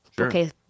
Okay